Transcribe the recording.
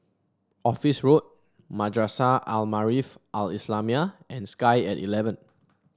Office Road Madrasah Al Maarif Al Islamiah and Sky at eleven